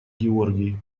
георгий